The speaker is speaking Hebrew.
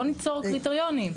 בואו ניצר קריטריונים,